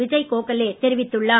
விஜய் கோகலே தெரிவித்துள்ளார்